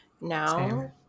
now-